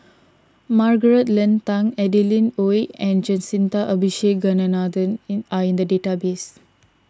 Margaret Leng Tan Adeline Ooi and Jacintha Abisheganaden in are in the database